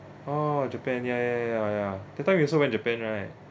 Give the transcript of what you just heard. oh japan ya ya ya ya that time we also went japan right